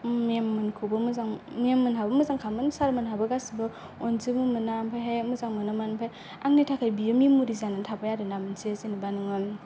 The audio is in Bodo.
मेममोनखौबो मोजां मेममोनहाबो मोजांखामोन सारमोनहाबो गासिबो अनजोबो मोनना ओमफायहाय मोजां मोनोमोन ओमफाय आंनि थाखाय बेयो मेम'रि जानानै थाबाय आरो ना मोनसे जेन'बा नोङो